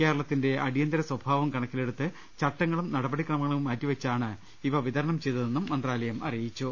കേരളത്തിന്റെ അടിയന്തര സ്ഥഭാവം കണക്കിലെടുത്ത് ചട്ട ങ്ങളും നടപടിക്രമങ്ങളും മാറ്റിവെച്ചാണ് ഇവ വിതരണം ചെയ്ത തെന്നും മന്ത്രാലയം അറിയിച്ചു